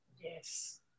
Yes